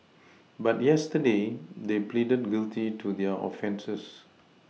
but yesterday they pleaded guilty to their offences